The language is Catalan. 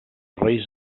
reis